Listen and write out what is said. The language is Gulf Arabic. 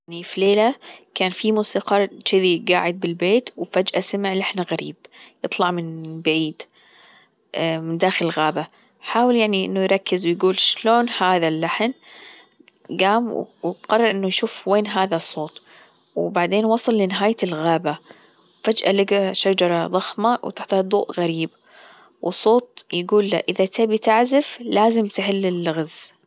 في ليلة كان في موسيقار تشذي جاعد بالبيت وفجأة سمع لحن غريب يطلع من بعيد من داخل غابة حاول يعني انه يركز ويقول شلون هذا اللحن جام وقرر أنه يشوف وين هذا الصوت وبعدين وصل لنهاية الغابة فجأة لجى شجرة ضخمة وتحتها ضوء غريب والصوت يجول له إذا تبي تعزف لازم تحل اللغز.